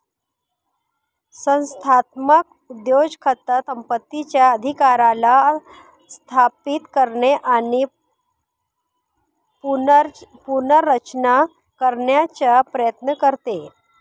संस्थात्मक उद्योजकता संपत्तीचा अधिकाराला स्थापित करणे आणि पुनर्रचना करण्याचा प्रयत्न करते